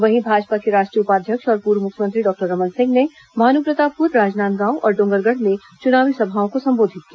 वहीं भाजपा के राष्ट्रीय उपाध्यक्ष और पूर्व मुख्यमंत्री डॉक्टर रमन सिंह ने भानुप्रतापपुर राजनांदगांव और डोंगरगढ़ में चुनावी सभाओं को संबोधित किया